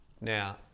Now